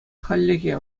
хальлӗхе